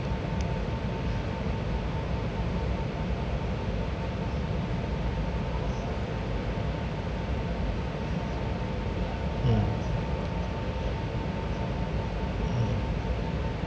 mm mm